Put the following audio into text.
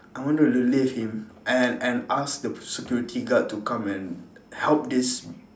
I wanted to leave him and and ask the security guard to come and help this